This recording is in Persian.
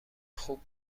خوب